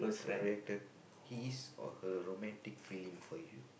reacted his or her romantic feeling for you